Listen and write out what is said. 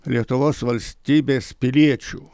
lietuvos valstybės piliečių